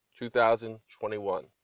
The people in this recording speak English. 2021